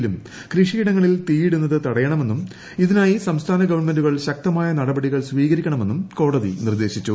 യിലും കൃഷിയിടങ്ങളിൽ തീയിടുന്നത് തടയണമെന്നും ഇതിനായി സംസ്ഥാന ഗവൺമെൻുകൾ നടപടികൾ സ്വീകരിക്കണമെന്നും കോടതി നിർദ്ദേശിച്ചു